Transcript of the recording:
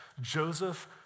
Joseph